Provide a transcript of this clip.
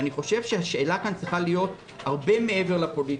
אני חושב שהשאלה כאן צריכה להיות הרבה מעבר לפוליטיקה.